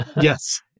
Yes